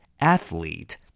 Athlete